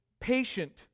patient